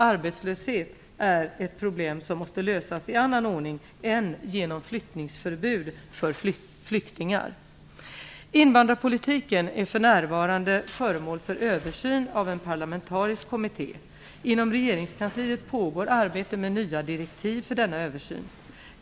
Arbetslöshet är ett problem som måste lösas i annan ordning än genom flyttningsförbud för flyktingar. Invandrarpolitiken är för närvarande föremål för översyn av en parlamentarisk kommitté. Inom regeringskansliet pågår arbete med nya direktiv för denna översyn.